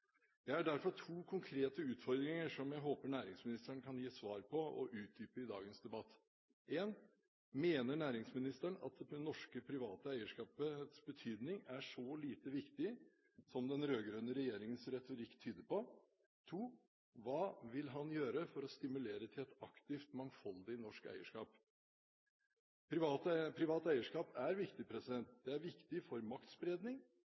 Jeg har derfor to konkrete utfordringer som jeg håper næringsministeren kan gi svar på og utdype i dagens debatt: Mener næringsministeren at det norske private eierskapets betydning er så lite viktig som den rød-grønne regjeringens retorikk tyder på? Hva vil han gjøre for å stimulere til et aktivt, mangfoldig norsk eierskap? Privat eierskap er viktig. Det er viktig for maktspredning,